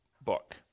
book